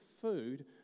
food